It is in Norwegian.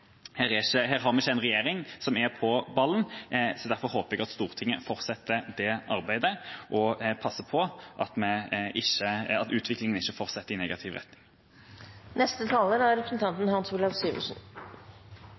Her har vi ikke en regjering som er på ballen, så derfor håper jeg at Stortinget fortsetter det arbeidet og passer på at utviklingen ikke fortsetter i negativ retning. Det er